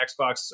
Xbox